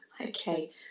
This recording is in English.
okay